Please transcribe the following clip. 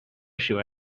issue